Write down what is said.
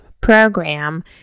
program